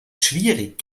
schwierig